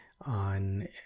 on